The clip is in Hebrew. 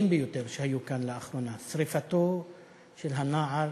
ביותר שהיו כאן לאחרונה: שרפתו של הנער